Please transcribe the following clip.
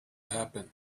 happen